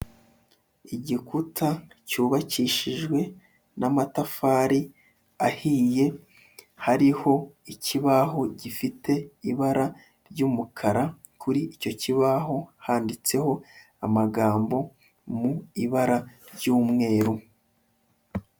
Igikuta cyubakishijwe n'amatafari ahiye, hariho ikibaho gifite ibara ry'umukara, kuri icyo kibaho handitseho amagambo mu ibara ry'umweru.